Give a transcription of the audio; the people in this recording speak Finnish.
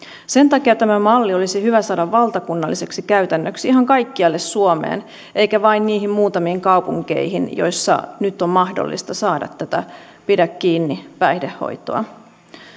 sen takia tämä malli olisi hyvä saada valtakunnalliseksi käytännöksi ihan kaikkialle suomeen eikä vain niihin muutamiin kaupunkeihin joissa nyt on mahdollista saada tätä pidä kiinni päihdehoitoa